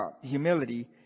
humility